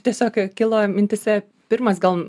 tiesiog kilo mintyse pirmas gal